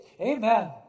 amen